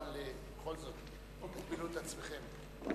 אבל בכל זאת, תגבילו את עצמכם.